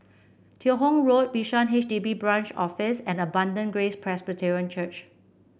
Teo Hong Road Bishan H D B Branch Office and Abundant Grace Presbyterian Church